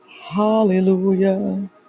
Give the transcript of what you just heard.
Hallelujah